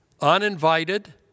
uninvited